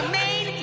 main